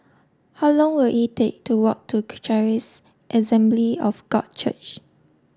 how long will it take to walk to Charis Assembly of God Church